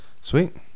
Sweet